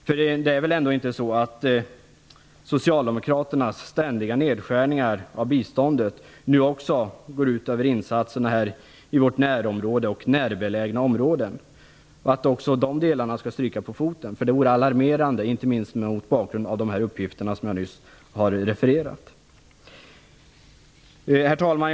Det är väl ändå inte så att socialdemokraternas ständiga nedskärningar av biståndet nu också går ut över insatserna i vårt närområde och närbelägna område? Om även dessa insatser skulle få stryka på foten vore det alarmerande, inte minst mot bakgrund av de uppgifter som jag nyss har refererat. Herr talman!